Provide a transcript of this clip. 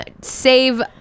Save